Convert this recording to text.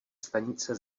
stanice